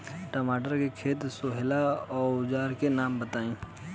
टमाटर के खेत सोहेला औजर के नाम बताई?